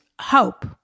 hope